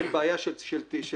אין בעיה של תקלות.